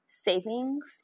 Savings